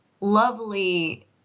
lovely